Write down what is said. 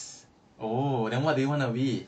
oh then what do you want to be